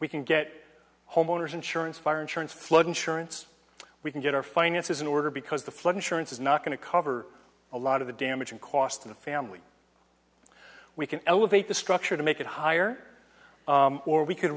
we can get homeowners insurance fire insurance flood insurance we can get our finances in order because the flood insurance is not going to cover a lot of the damage and cost in the family we can elevate the structure to make it higher or we could